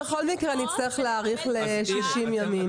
בכל מקרה נצטרך להאריך ל-60 ימים.